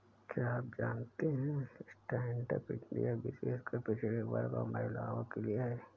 क्या आप जानते है स्टैंडअप इंडिया विशेषकर पिछड़े वर्ग और महिलाओं के लिए है?